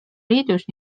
liidus